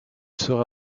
sera